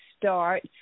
start